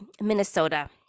Minnesota